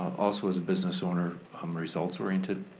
also, as a business owner, i'm results-oriented.